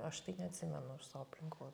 aš tai neatsimenu savo aplinkoj